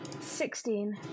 Sixteen